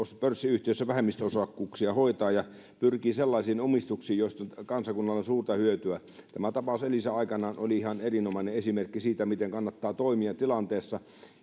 pörssiyhtiöissä vähemmistöosakkuuksia hoitaa ja pyrkii sellaisiin omistuksiin joista kansakunnalle on suurta hyötyä tämä tapaus elisa oli aikanaan ihan erinomainen esimerkki siitä miten kannattaa toimia tilanteessa